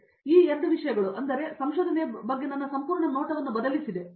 ಆದ್ದರಿಂದ ಈ ಎರಡು ವಿಷಯಗಳು ಮೊದಲು ಮತ್ತು ಅದರ ನಂತರದ ಸಂಶೋಧನೆಯ ಬಗ್ಗೆ ನನ್ನ ಸಂಪೂರ್ಣ ನೋಟವನ್ನು ಬದಲಿಸಿದೆ